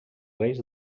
reis